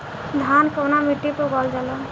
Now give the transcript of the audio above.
धान कवना मिट्टी पर उगावल जाला?